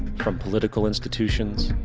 from political institutions,